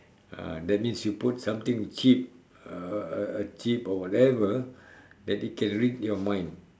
ah that means you put something chip a a a chip or whatever that it can read your mind